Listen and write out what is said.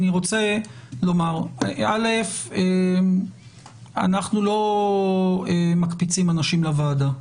אנחנו לא מקפיצים אנשים לוועדה.